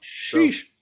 Sheesh